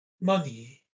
Money